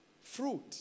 fruit